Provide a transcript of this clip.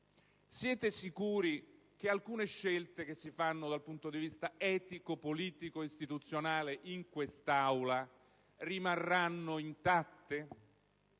siete sicuri che alcune scelte che si fanno dal punto di vista etico, politico e istituzionale in quest'Aula rimarranno intatte?